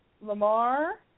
Lamar